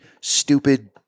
stupid